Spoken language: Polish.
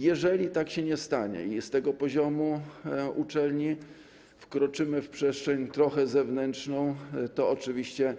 Jeżeli tak się nie stanie i z poziomu uczelni wkroczymy w przestrzeń zewnętrzną, to oczywiście